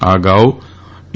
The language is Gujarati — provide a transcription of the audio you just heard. આ અગાઉ એ